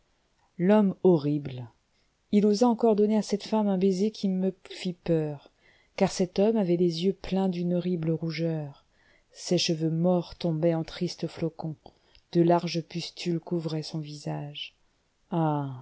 l'homme horrible il osa encore donner à cette femme un baiser qui me fit peur car cet homme avait les yeux pleins d'une horrible rougeur ses cheveux morts tombaient en tristes flocons de larges pustules couvraient son visage